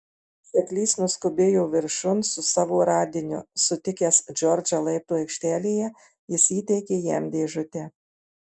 seklys nuskubėjo viršun su savo radiniu susitikęs džordžą laiptų aikštelėje jis įteikė jam dėžutę